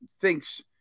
thinks